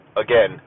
again